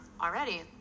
already